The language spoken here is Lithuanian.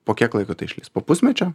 po kiek laiko tai išlįs po pusmečio